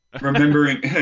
Remembering